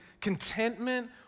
contentment